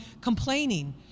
complaining